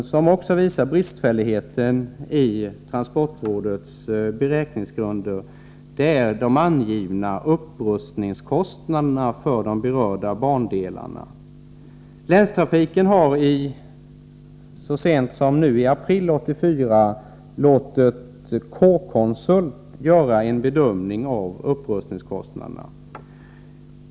Den fjärde punkt som visar bristfälligheter i transportrådets beräkningsgrunder är de angivna upprustningskostnaderna för de berörda bandelarna. Länstrafiken har så sent som i april 1984 låtit K-Konsult göra en bedömning av upprustningskostnaderna.